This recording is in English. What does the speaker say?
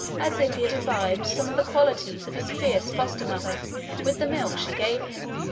as if he had imbibed some of the qualities of his fierce foster mother with the milk she gave him.